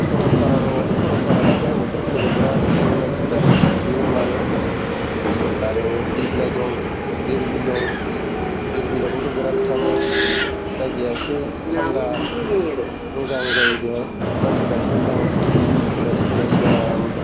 सरलफारा दङ सरलफारा दा गोलोम बोथोर फैलायबाय बिराथ थाङो मानसिफ्रा दुगैनो मानो आरो दिपलाइ दं देरबिल दं देरबिलाव बो थ' बिराथ थाङो जायगाया एसे थान्दा मोजां जायो बेहाय मानसिफ्रा ओंखायनो थाङो बेलासि बेलासि आराम